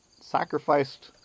sacrificed